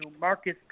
Marcus